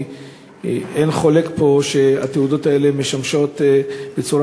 כי אין פה חולק שהתעודות האלה משמשות בצורה